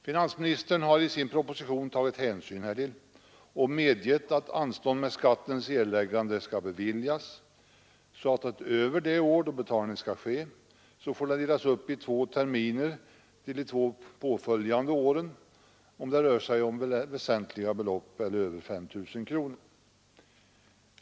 Finansministern har i sin proposition tagit hänsyn härtill och medgivit anstånd med skattens erläggande: utöver det år då betalning skulle skett får den delas upp i två terminer och betalning således ske under de två påföljande åren, om det rör sig om väsentliga belopp eller över 5 000 kronor.